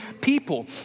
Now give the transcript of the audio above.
people